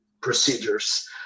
procedures